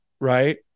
right